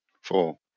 Four